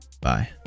bye